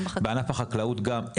בענף החקלאות גם,